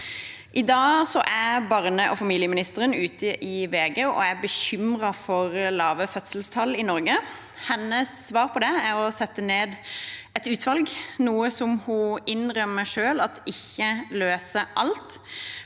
I dag er barne- og familieministeren ute i VG og er bekymret for lave fødselstall i Norge. Hennes svar på det er å sette ned et utvalg, noe hun selv innrømmer at ikke løser alt.